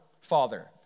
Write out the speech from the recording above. Father